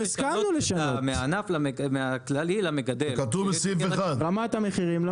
יש לך אינטגרציה עם 30 קיבוצים והמצב של רמת המחירים,